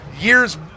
years